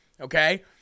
okay